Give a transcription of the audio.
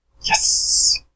Yes